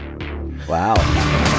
wow